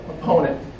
opponent